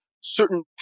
certain